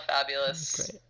fabulous